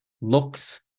looks